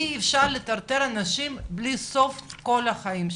אי אפשר לטרטר אנשים, בלי סוף, כל החיים שלהם.